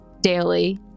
daily